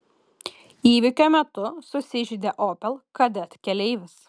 įvykio metu susižeidė opel kadett keleivis